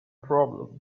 problem